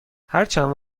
هرچند